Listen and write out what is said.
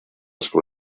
sus